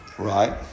Right